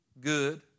good